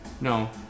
No